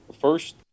first